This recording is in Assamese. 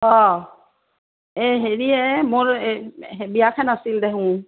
অঁ এই হেৰি মোৰ বিয়াখন আছিল দেহুঁ